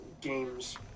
games